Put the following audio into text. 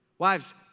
Wives